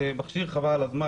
שם יש מכשיר "חבל על הזמן",